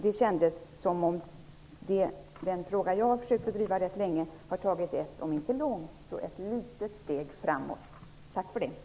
Det kändes som att man när det gäller den fråga som jag har drivit sedan länge har tagit ett om inte långt så dock ett litet steg framåt. Tack för det.